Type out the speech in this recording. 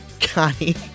Connie